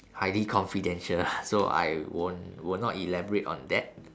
highly confidential lah so I won't will not elaborate on that